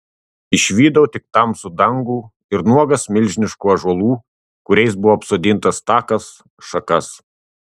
išvydau tik tamsų dangų ir nuogas milžiniškų ąžuolų kuriais buvo apsodintas takas šakas